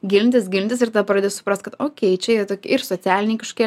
gilintis gilintis ir tada pradedi suprast kad okei čia ir ir socialiniai kažkokie